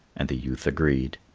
and the youth agreed.